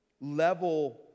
level